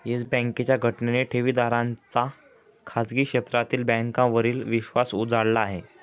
yes बँकेच्या घटनेने ठेवीदारांचा खाजगी क्षेत्रातील बँकांवरील विश्वास उडाला आहे